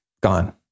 gone